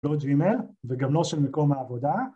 לא בג'ימל וגם לא של מקום העבודה